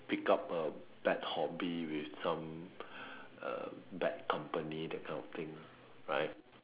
pick up a bad hobby with some uh bad company that kind of thing right